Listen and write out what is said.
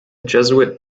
jesuit